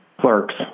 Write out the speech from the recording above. Clerks